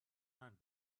and